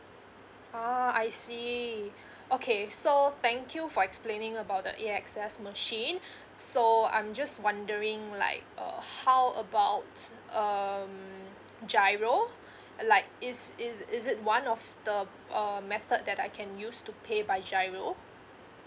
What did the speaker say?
oh I see okay so thank you for explaining about the A_X_S machine so I'm just wondering like err how about um giro like is is is it one of the uh method that I can use to pay by giro